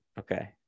Okay